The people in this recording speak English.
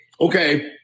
Okay